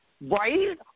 Right